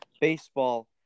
baseball